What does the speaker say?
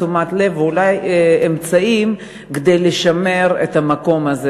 תשומת לב ואולי אמצעים כדי לשמר את המקום הזה.